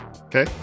Okay